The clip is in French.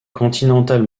continental